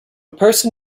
person